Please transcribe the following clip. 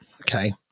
Okay